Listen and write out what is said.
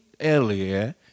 earlier